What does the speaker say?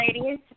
Ladies